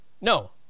No